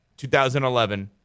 2011